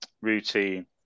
routine